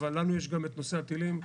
אבל לנו יש גם נושא הטילים,